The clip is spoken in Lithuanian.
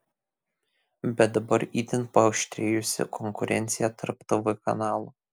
bet dabar itin paaštrėjusi konkurencija tarp tv kanalų